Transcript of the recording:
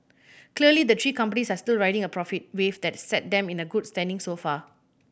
clearly the three companies are still riding a profit wave that set them in the good standing so far